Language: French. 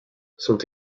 sont